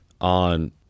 on